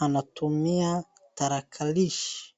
anatumia tarakilishi.